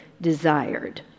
desired